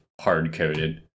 hard-coded